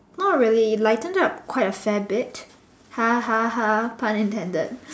not really lighten up quite a fair bit ha ha ha pun intended